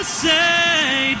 say